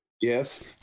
yes